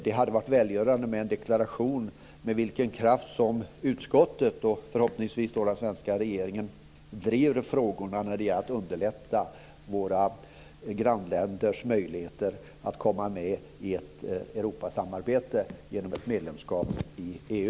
Det hade varit välgörande med en deklaration om med vilken kraft som utskottet, och förhoppningsvis den svenska regeringen, driver frågorna om att underlätta våra grannländers möjligheter att komma med i ett Europasamarbete genom ett medlemskap i EU.